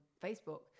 Facebook